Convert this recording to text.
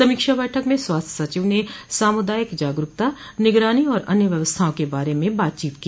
समीक्षा बैठक में स्वास्थ्य सचिव ने सामुदायिक जागरूकता निगरानी और अन्य व्यवस्थाओं के बारे में बातचीत की